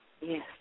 Yes